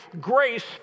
grace